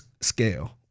scale